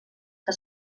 que